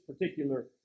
particular